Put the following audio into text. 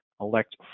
elect